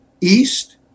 east